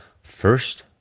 First